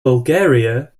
bulgaria